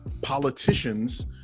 politicians